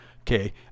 okay